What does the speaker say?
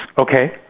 Okay